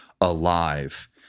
alive